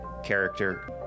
character